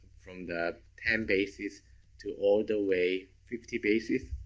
from the ten bases to all the way fifty bases,